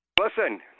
Listen